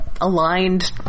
Aligned